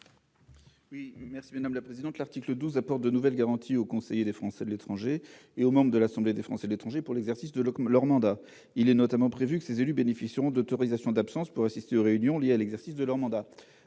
est à M. Jean-Yves Leconte. L'article 12 apporte de nouvelles garanties aux conseillers des Français de l'étranger et aux membres de l'Assemblée des Français de l'étranger pour l'exercice de leurs mandats. Il est notamment prévu que ces élus bénéficieront d'autorisations d'absence pour assister aux réunions liées à l'exercice de leur mandat.